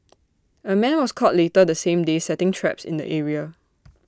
A man was caught later the same day setting traps in the area